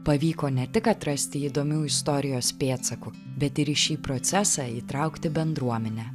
pavyko ne tik atrasti įdomių istorijos pėdsakų bet ir į šį procesą įtraukti bendruomenę